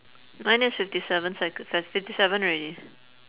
minus fifty seven second~ fifty seven already